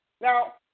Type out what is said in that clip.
Now